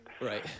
right